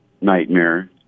nightmare